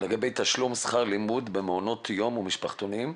לגבי תשלום שכר לימוד במעונות יום ומשפחתונים.